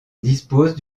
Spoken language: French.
dispose